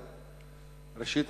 ראשית,